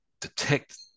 detect